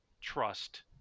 trust